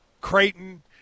Creighton